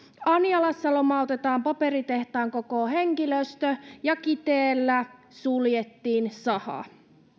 anjalassa lomautetaan paperitehtaan koko henkilöstö ja kiteellä suljettiin saha